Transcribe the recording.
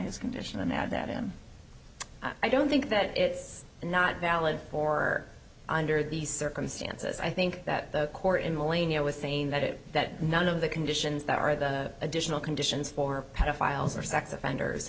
his condition and add that him i don't think that it's not valid for under the circumstances i think that the court in alania was saying that it that none of the conditions that are the additional conditions for pedophiles or sex offenders